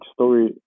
story